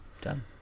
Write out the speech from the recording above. Done